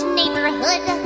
neighborhood